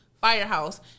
firehouse